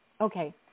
Okay